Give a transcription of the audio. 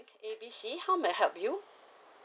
A B C how may I help you